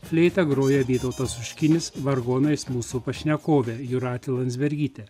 fleita groja vytautas oškinis vargonais mūsų pašnekovė jūratė landsbergytė